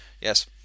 yes